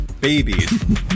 babies